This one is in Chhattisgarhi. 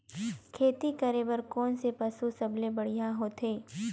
खेती करे बर कोन से पशु सबले बढ़िया होथे?